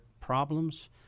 problems